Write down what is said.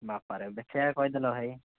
ବାପାରେ ଦେଖାଇବାକୁ କହିଦେଲ ଭାଇ